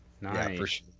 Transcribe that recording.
Nice